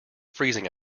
freezing